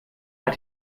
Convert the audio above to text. hat